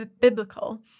biblical